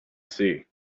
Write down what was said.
see